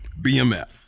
BMF